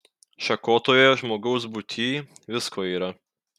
šakotoje žmogaus būtyj visko yra